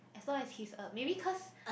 as long as he's a maybe cause